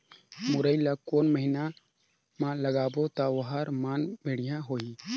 मुरई ला कोन महीना मा लगाबो ता ओहार मान बेडिया होही?